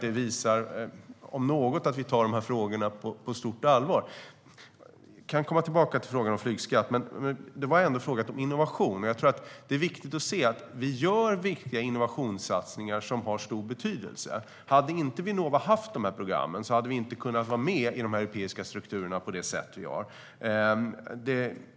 Det visar om något att vi tar frågorna på stort allvar. Vi kan komma tillbaka till frågorna om flygskatt. Det ställdes en fråga om innovation. Det är viktigt att se att vi gör viktiga innovationssatsningar som har stor betydelse. Hade inte Vinnova haft programmen hade vi inte kunnat vara med i de europeiska strukturerna på det sätt vi har varit.